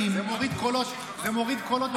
--- זה מוריד קולות בפריימריז כמו בשעון חול.